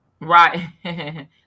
right